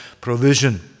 provision